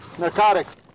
Narcotics